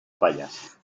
fallas